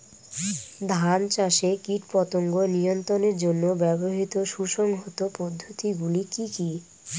ধান চাষে কীটপতঙ্গ নিয়ন্ত্রণের জন্য ব্যবহৃত সুসংহত পদ্ধতিগুলি কি কি?